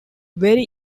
very